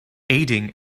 aiding